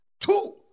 Two